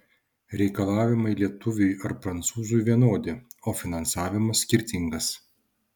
reikalavimai lietuviui ar prancūzui vienodi o finansavimas skirtingas